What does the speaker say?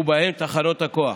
ובהם תחנות כוח.